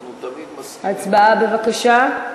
הצבעה, בבקשה.